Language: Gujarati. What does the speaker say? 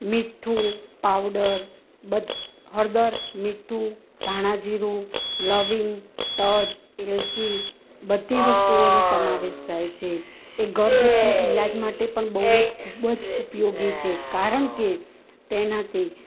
મીઠું પાવડર હળદર મીઠું ધાણા જીરું લવિંગ તજ એલચી બધી વસ્તુઓનો સમાવેશ થાય છે એ ઘરગથ્થું ઈલાજ માટે પણ બહું જ ખૂબ જ ઉપયોગી છે કારણ કે તેનાંથી